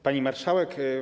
Pani Marszałek!